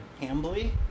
Hambly